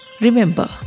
Remember